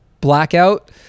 blackout